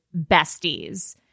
besties